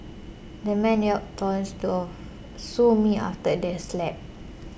the man yelled taunts to a sue me after the slap